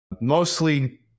Mostly